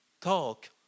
talk